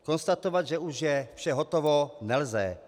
Konstatovat, že už je vše hotovo, nelze.